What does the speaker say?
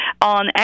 on